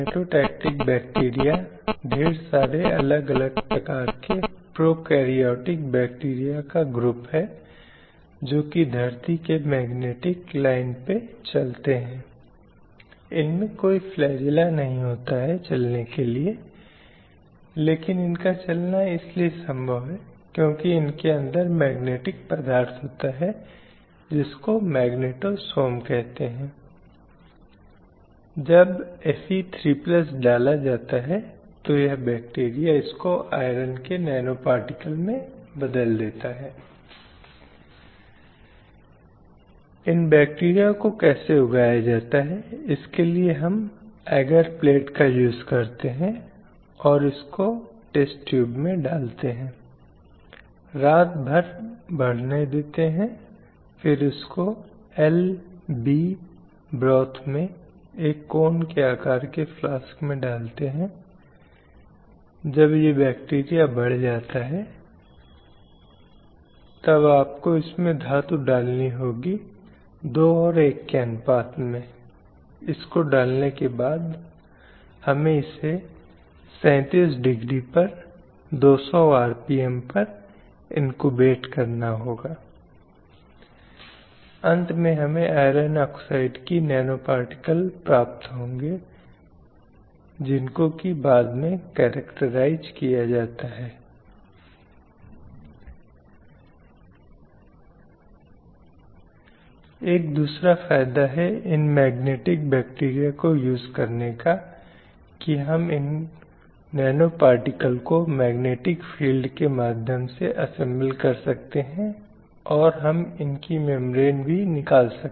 इसलिए आपके पास समय समय पर अलग अलग पोशाक और परिधान में बार्बी डॉल हैं जो बहुत अधिक ध्यान और रूचि आकर्षित करती हैं लेकिन यहां जो दिलचस्प है वह जीवन की शुरुआत में ही है कहीं न कहीं कुछ चीजों में एक पहल है जो परिवार में ही होती है इसलिए परिवार लड़कियों को जीवन के कुछ तरीकों से परिचित कराने की कोशिश करता है और वह हर चीज में शामिल होता है जो वे करती हैं यहां तक कि वह एक बच्चे के लिए खिलौना खरीदने के मामले में भी है यहां तक कि इसमें भी वे लैंगिक अंतर को दर्शाते हैं इसलिए यदि वह एक लड़का है तो शायद खिलौनो में एक मशीन गन एक पिस्तौल आप जानते हैं एक रिमोट कार आदि में जाएंगे क्योंकि आप जानते हैं कि बहुत आसान स्वीकृति यह है कि लड़का कुछ ऐसी चीजों को प्यार करेगा जो रोमांचक होंगी जो उत्तेजक होंगी जिसमें बहुत कुछ शारीरिक रूप से घूमना शामिल होना हो सकता है जो कि उस लड़के के आक्रामक हिस्से को दिखाएगा और इसलिए माता पिता लड़के को कुछ खास तरह की चीजों में पहल करने देंगे और लड़कियों को कुछ और तरह की चीजों में पहल करने देंगे